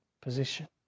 position